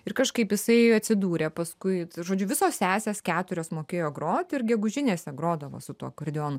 ir kažkaip jisai atsidūrė paskui žodžiu visos sesės keturios mokėjo grot ir gegužinėse grodavo su tuo akordeonu